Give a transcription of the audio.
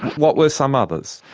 what were some others?